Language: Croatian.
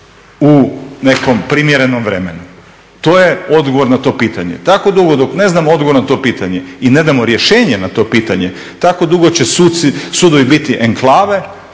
u nekakvom primjerenom vremenu? To je odgovor na to pitanje. Tako dugo dok ne znamo odgovor na to pitanje i ne damo rješenje na to pitanje, tako dugo će sudovi biti enklave